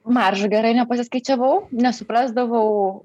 maržų gerai nepasiskaičiavau nesuprasdavau